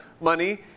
money